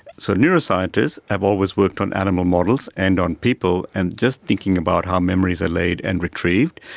so neuroscientists have always worked on animal models and on people, and just thinking about how memories are laid and retrieved.